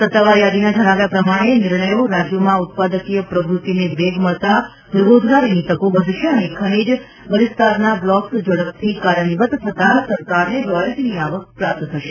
સત્તાવાર યાદીના જણાવ્યા પ્રમાણે નિર્ણયો રાજ્યોમાં ઉત્પાદકીય પ્રવૃત્તિને વેગ મળતા રોજગારીની તકો વધશે અને ખનીજ વલિસ્તારના બ્લોક્સ ઝડપથી કાર્યાન્વિત થતા સરકારને રોયલ્ટીની આવક પ્રાપ્ત થશે